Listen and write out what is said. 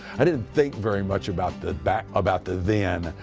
i didn't think very much about the back, about the then,